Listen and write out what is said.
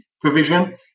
provision